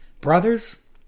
brothers